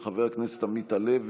של חבר הכנסת עמית הלוי,